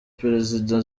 perezida